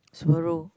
sparrow